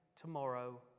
tomorrow